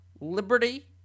liberty